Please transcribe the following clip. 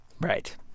Right